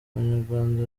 abanyarwanda